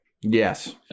yes